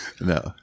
No